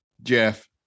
Jeff